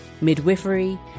midwifery